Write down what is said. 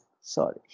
sorry